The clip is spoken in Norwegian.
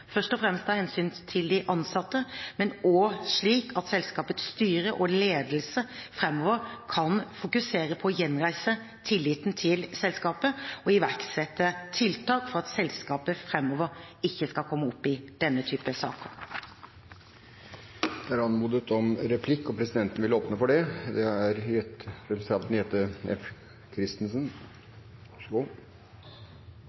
først og fremst av hensyn til de ansatte, men også slik at selskapets styre og ledelse framover kan fokusere på å gjenreise tilliten til selskapet og iverksette tiltak for at selskapet framover ikke skal komme opp i denne typen saker. Det er anmodet om replikk, og presidenten vil åpne for det.